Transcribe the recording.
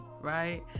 right